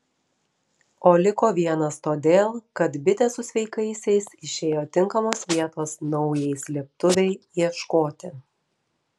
o liko vienas todėl kad bitė su sveikaisiais išėjo tinkamos vietos naujai slėptuvei ieškoti